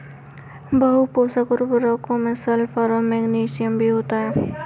बहुपोषक उर्वरकों में सल्फर और मैग्नीशियम भी होते हैं